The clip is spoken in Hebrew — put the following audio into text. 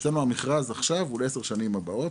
אצלנו המכרז הוא ל-10 שנים הבאות.